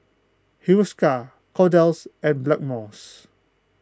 Hiruscar Kordel's and Blackmores